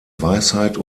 weisheit